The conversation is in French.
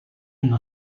une